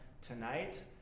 tonight